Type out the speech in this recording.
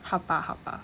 好吧好吧